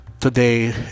today